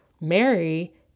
mary